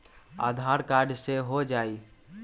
आधार card से हो जाइ?